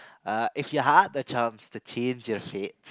uh if you had the chance to change your fate